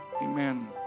amen